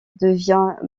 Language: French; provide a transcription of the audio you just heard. devient